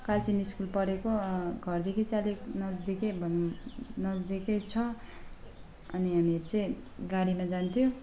Kalchini school पढेको घरदेखि चाहिँ अलिक नजिकै भनौँ नजिकै छ अनि हामी चाहिँ गाडीमा जान्थ्यौँ